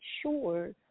sure